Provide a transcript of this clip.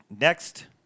Next